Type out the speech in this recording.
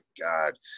god